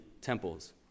temples